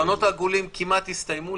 השולחנות העגולים כמעט הסתיימו.